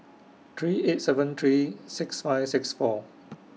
three eight seven three six five six four